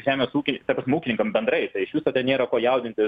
žemės ūkiui ta prasme ūkininkam bendrai tai iš viso ten nėra ko jaudintis